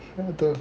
ya the